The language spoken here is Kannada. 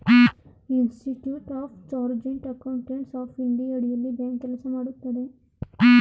institute of chartered accountants of India ಅಡಿಯಲ್ಲಿ ಬ್ಯಾಂಕ್ ಕೆಲಸ ಮಾಡುತ್ತದೆ